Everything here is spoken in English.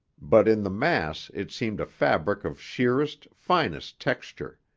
but in the mass it seemed a fabric of sheerest, finest texture.